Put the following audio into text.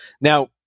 Now